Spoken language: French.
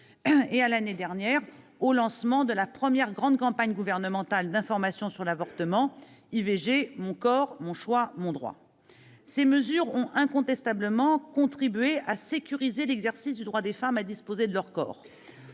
l'année dernière de la première grande campagne gouvernementale d'information sur l'avortement, « IVG, mon corps, mon choix, mon droit ». Ces mesures ont incontestablement contribué à sécuriser l'exercice du droit des femmes à disposer de leur corps.